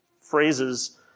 phrases